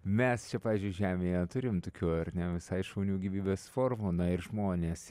mes čia pavyzdžiui žemėje turim tokių ar ne visai šaunių gyvybės formų na ir žmonės